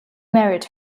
married